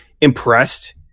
impressed